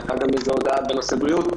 והייתה גם איזו הודעה בנושא בריאות.